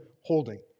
holding